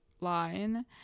line